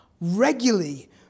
regularly